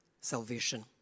salvation